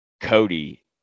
Cody